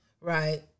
Right